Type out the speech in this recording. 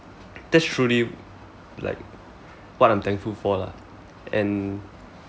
that's truly like what I'm thankful for lah and